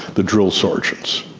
the drill sergeants.